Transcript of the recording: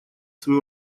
свою